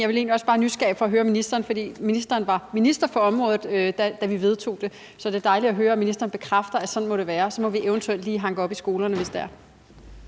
egentlig bare nysgerrig efter at høre, hvad ministeren tænkte om det, fordi ministeren var minister for området, da vi vedtog det. Så det er dejligt at høre, at ministeren bekræfter, at sådan må det være, og så må vi jo eventuelt lige hanke op i skolerne, hvis det er.